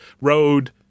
road